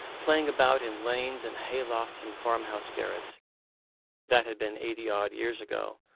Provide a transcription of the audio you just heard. playing about in lanes and hay-lofts and farmhouse garrets that had been eighty odd years ago,